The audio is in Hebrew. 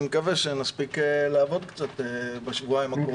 אני מקווה שנספיק לעבוד קצת בשבועיים הקרובים.